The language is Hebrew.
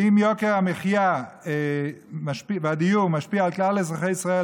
ואם יוקר המחיה והדיור משפיע על כלל אזרחי ישראל,